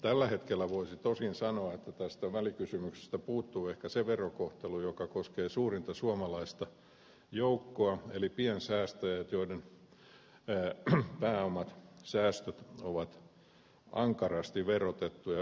tällä hetkellä voisi tosin sanoa että tästä välikysymyksestä puuttuu ehkä se verokohtelu joka koskee suurinta suomalaista joukkoa eli piensäästäjiä joiden pääomat säästöt ovat ankarasti verotettuja